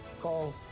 Call